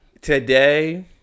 today